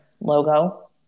logo